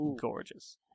gorgeous